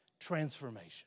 transformation